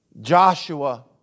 Joshua